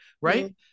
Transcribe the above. right